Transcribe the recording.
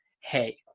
hey